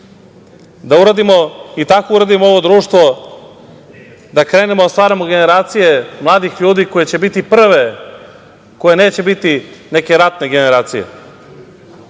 20 godina i tako uredimo ovo društvo, da krenemo da stvaramo generacije mladih ljudi koje će biti prve koje neće biti neke ratne generacije. Zato